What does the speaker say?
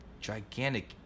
gigantic